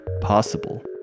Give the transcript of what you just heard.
possible